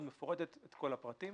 בצורה מאוד מדויקת את כל הפרטים,